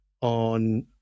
on